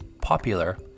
popular